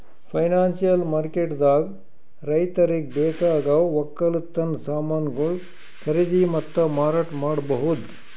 financial ಮಾರ್ಕೆಟ್ದಾಗ್ ರೈತರಿಗ್ ಬೇಕಾಗವ್ ವಕ್ಕಲತನ್ ಸಮಾನ್ಗೊಳು ಖರೀದಿ ಮತ್ತ್ ಮಾರಾಟ್ ಮಾಡ್ಬಹುದ್